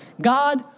God